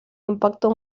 impacto